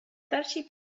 starsi